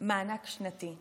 מענק שנתי.